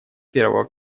первого